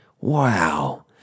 Wow